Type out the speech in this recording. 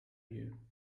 you